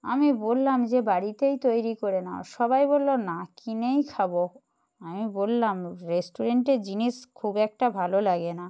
আমি বললাম যে বাড়িতেই তৈরি করে নাও সবাই বললো না কিনেই খাবো আমি বললাম রেস্টুরেন্টের জিনিস খুব একটা ভালো লাগে না